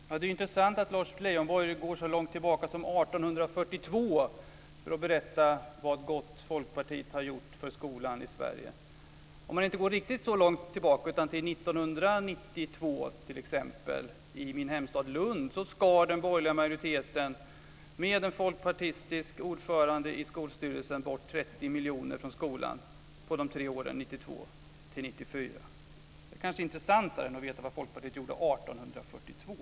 Herr talman! Det är intressant att Lars Leijonborg går så långt tillbaka som till 1842 för att berätta vad gott Folkpartiet har gjort för skolan i Sverige. Man behöver inte gå riktigt så långt tillbaka, utan till 1992 t.ex. i min hemstad Lund. Under de tre åren 1992 miljoner från skolan. Det kanske är intressantare än att veta vad Folkpartiet gjorde 1842.